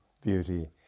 beauty